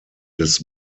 des